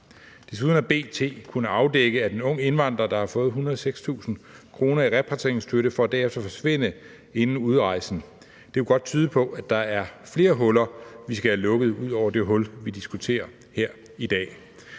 Desuden har B.T. kunnet afdække, at en ung indvandrer, der havde fået 106.000 kr. i repatrieringsstøtte, forsvandt inden udrejsen. Det kunne godt tyde på, at der er flere huller, vi skal have lukket, ud over det hul, vi diskuterer her i dag.